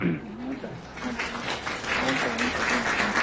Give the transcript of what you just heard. हुन्छ हुन्छ हुन्छ हुन्छ हुन्छ थ्याङ्क यू हुन्छ